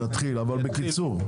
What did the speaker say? בקיצור.